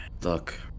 Look